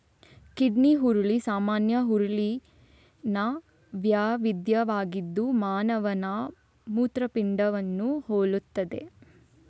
kidney ಹುರುಳಿ ಸಾಮಾನ್ಯ ಹುರುಳಿನ ವೈವಿಧ್ಯವಾಗಿದ್ದು ಮಾನವನ ಮೂತ್ರಪಿಂಡವನ್ನು ಹೋಲುತ್ತದೆ